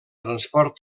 transport